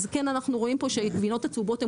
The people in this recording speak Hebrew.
אז כן אנחנו רואים פה שהגבינות הצהובות הן